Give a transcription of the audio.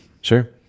Sure